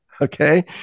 Okay